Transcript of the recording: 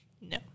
No